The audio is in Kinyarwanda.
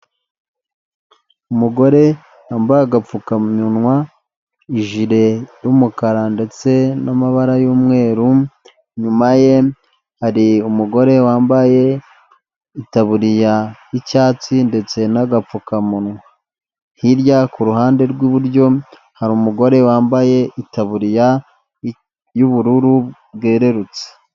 Umugore yambaye agapfukamunwa ijire y'umukara ndetse n'amabara y'umweru, inyuma ye hari umugore wambaye itaburiya y'icyatsi ndetse n'agapfukamunwa, hirya kurundi ruhande rw'iburyo hari umugore wambaye itaburiya y'ubururu bwererutse.